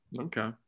okay